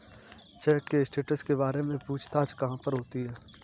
Check के status के बारे में पूछताछ कहाँ पर होती है?